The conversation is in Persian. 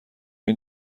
این